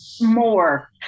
more